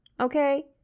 okay